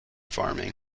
farming